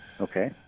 Okay